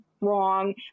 wrong